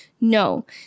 no